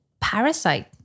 Parasite